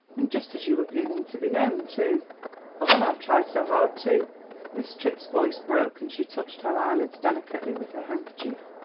and just as you were beginning to be known, too and when i've tried so hard to miss tripp's voice broke, and she touched her eyelids delicately with her handkerchief.